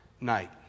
night